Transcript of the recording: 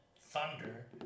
Thunder